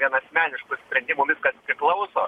gan asmeniškų sprendimų viskas priklauso